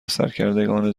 سرکردگان